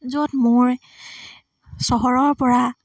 য'ত মোৰ চহৰৰ পৰা